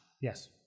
Yes